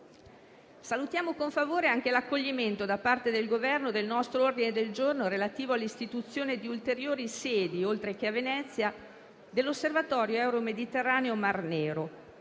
Salutiamo con favore anche l'accoglimento da parte del Governo del nostro ordine del giorno relativo all'istituzione di ulteriori sedi, oltre che a Venezia, dell'Osservatorio Euro-Mediterraneo-Mar Nero,